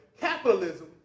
Capitalism